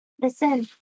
Listen